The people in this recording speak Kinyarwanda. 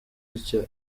bityo